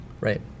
Right